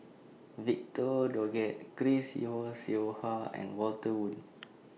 Victor Doggett Chris Yeo Siew Yeo Hua and Walter Woon